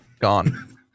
gone